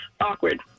awkward